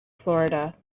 florida